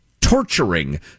torturing